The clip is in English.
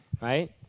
right